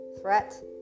threat